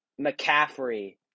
McCaffrey